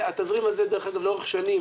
והתזרים הזה, דרך אגב, לאורך שנים